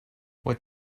what